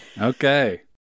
Okay